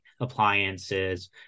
appliances